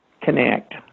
connect